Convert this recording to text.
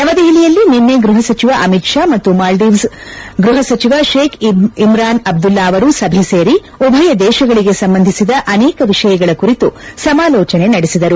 ನವದೆಹಲಿಯಲ್ಲಿ ನಿನ್ನೆ ಗೃಹ ಸಚಿವ ಅಮಿತ್ ಶಾ ಮತ್ತು ಮಾಲ್ಡೀವ್ಸ್ ಗೃಹ ಸಚಿವ ಷೇಕ್ ಇಮ್ರಾನ್ ಅಬ್ದುಲ್ಲಾ ಅವರು ಸಭೆ ಸೇರಿ ಉಭಯ ದೇಶಗಳಿಗೆ ಸಂಬಂಧಿಸಿದ ಅನೇಕ ವಿಷಯಗಳ ಕುರಿತು ಸಮಾಲೋಚನೆ ನಡೆಸಿದರು